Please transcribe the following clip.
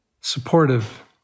supportive